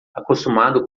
acostumados